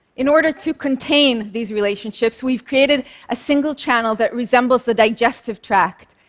in order to contain these relationships, we've created a single channel that resembles the digestive tract,